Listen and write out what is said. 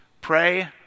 pray